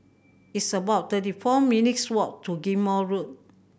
it's about thirty four minutes' walk to Ghim Moh Road